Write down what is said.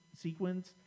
sequence